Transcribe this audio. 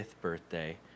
birthday